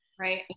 Right